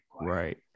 right